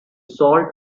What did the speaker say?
salt